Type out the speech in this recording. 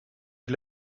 est